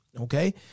Okay